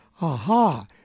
Aha